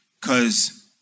Cause